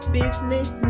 business